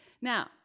Now